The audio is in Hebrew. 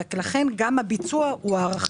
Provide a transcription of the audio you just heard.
לכן גם הביצוע הוא הערכה.